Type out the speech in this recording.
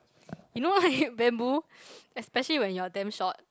you know why bamboo especially when you're damn short